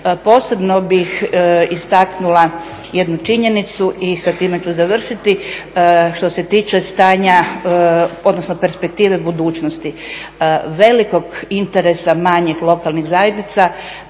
Posebno bih istaknula jednu činjenicu i sa time ću završiti. Što se tiče stanja, odnosno perspektive budućnosti, velikog interesa malih lokalnih zajednica